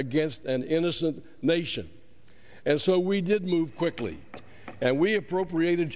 against an innocent nation and so we did move quickly and we appropriated